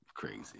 crazy